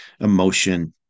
emotion